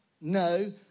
no